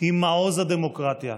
היא מעוז הדמוקרטיה,